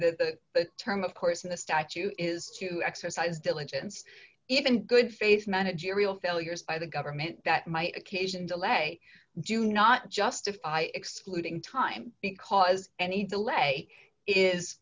the term of course in the statute is to exercise diligence even good faith managerial failures by the government that might occasion delay do not justify excluding time because any delay is